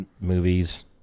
movies